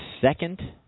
Second